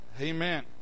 amen